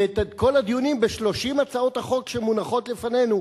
ואת כל הדיונים ב-30 הצעות החוק שמונחות לפנינו,